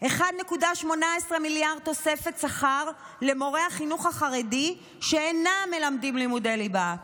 1.18 מיליארד תוספת שכר למורי החינוך החרדי שאינם מלמדים לימודי ליבה,